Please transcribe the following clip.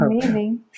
Amazing